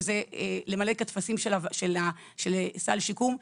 למלא את הטפסים של סל שיקום,